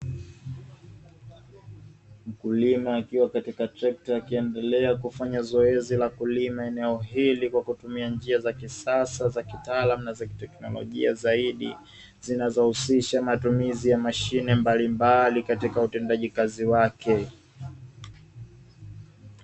Mkulima akiwa katika trekta akiendelea kufanya zoezi la kulima eneo hili kwa kutumia njia za kisasa za kitaalamu na za kiteknolojia zaidi zinazohusisha matumizi ya mashine mbalimbali katika utendaji kazi wake.